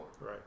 Right